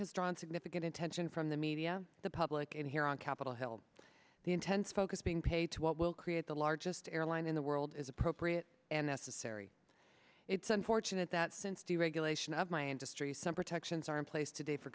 has drawn significant attention from the media the public and here on capitol hill the intense focus being paid to what will create the largest airline in the world is appropriate and necessary it's unfortunate that since deregulation of my industry some protections are in place today for